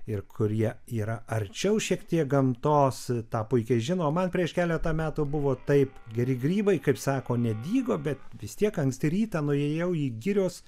ir kurie yra arčiau šiek tiek gamtos tą puikiai žino man prieš keletą metų buvo taip geri grybai kaip sako nedygo bet vis tiek anksti rytą nuėjau į girios